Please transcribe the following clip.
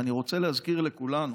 ואני רוצה להזכיר לכולנו